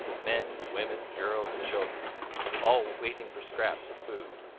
men, women, girls, and children all waiting for scraps of food.